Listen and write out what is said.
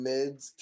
Mids